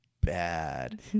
bad